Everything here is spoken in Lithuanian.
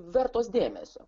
vertos dėmesio